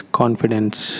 confidence